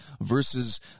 versus